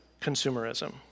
consumerism